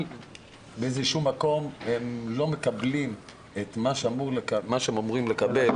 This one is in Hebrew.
באיזשהו מקום הם לא מקבלים את מה שהם אמורים לקבל,